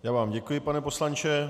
Já vám děkuji, pane poslanče.